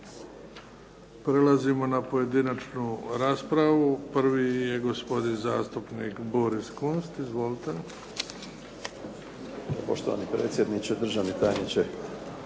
Prelazimo na pojedinačnu raspravu. Prvi je gospodin zastupnik Boris Kunst, izvolite. **Kunst, Boris (HDZ)** Poštovani predsjedniče, državni tajniče,